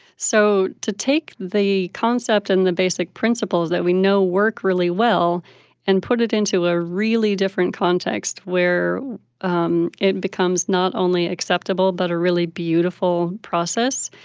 so to take the concept and the basic principles that we know work really well and put it into a really different context where um it becomes not only acceptable but a really beautiful process,